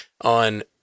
on